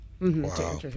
Wow